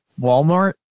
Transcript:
Walmart